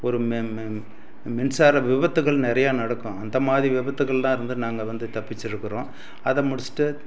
ஒரு மே மே மின்சார விபத்துகள் நிறையா நடக்கும் அந்தமாதிரி விபத்துக்களெலாம் இருந்து நாங்கள் வந்து தப்பித்திருக்குறோம் அதை முடிச்சுட்டு